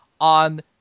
on